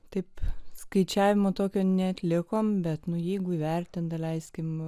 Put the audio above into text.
taip skaičiavimo tokio neatlikome bet nu jeigu įvertint daleiskim